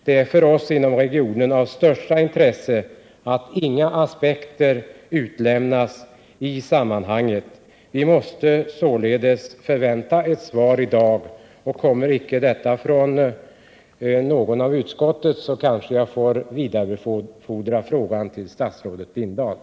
Det är för oss inom regionen av största intresse att inga aspekter blir utelämnade i sammanhanget. Vi förväntar oss ett svar i dag. Kommer detta icke från någon i utskottet, så kanske jag får vidarebefordra frågan till statsrådet Lindahl.